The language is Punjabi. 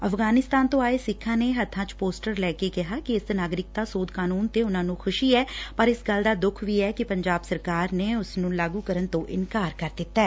ਅਫ਼ਗਾਨਿਸਤਾਨ ਤੂੰ ਆਏ ਸਿੱਖਾ ਨੇ ਹੱਬਾ ਚ ਪੋਸਟਰ ਲੈ ਕੇ ਕਿਹਾ ਕਿ ਇਸ ਨਾਗਰਿਕਤਾ ਸੋਧ ਕਾਨੂੰਨ ਤੇ ਉਨਾ ਨੂੰ ਖੁਸ਼ੀ ਐ ਪਰ ਇਸ ਗੱਲ ਦਾ ਦੁੱਖ ਵੀ ਐ ਕਿ ਪੰਜਾਬ ਸਰਕਾਰ ਨੇ ਇਸ ਨੂੰ ਲਾਗੂ ਕਰਨ ਤੋਂ ਇਨਕਾਰ ਕਰ ਦਿੱਤੈ